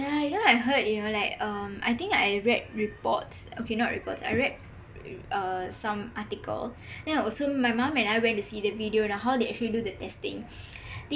yah even I heard you know like um I think I read reports okay not reports I read uh some article and then so my mum and I went to see the video on how they actually do the testing